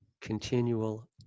continual